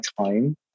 time